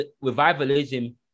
Revivalism